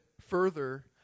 further